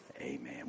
Amen